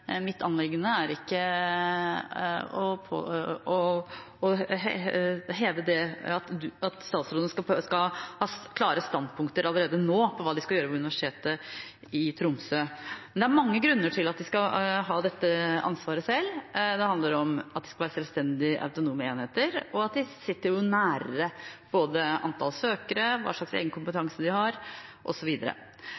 Mitt anliggende er ikke at statsråden skal ha klare standpunkter allerede nå om hva de skal gjøre ved Universitetet i Tromsø. Det er mange grunner til at de skal ha dette ansvaret selv. Det handler om at de skal være selvstendige, autonome enheter, og at de sitter nærmere både antall søkere, hva slags